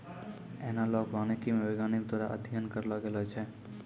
एनालाँक वानिकी मे वैज्ञानिक द्वारा अध्ययन करलो गेलो छै